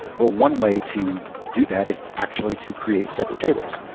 well, one way to do that is actually to create separate tables.